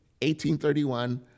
1831